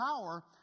power